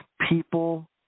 people